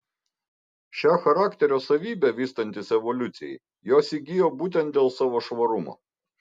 šią charakterio savybę vystantis evoliucijai jos įgijo būtent dėl savo švarumo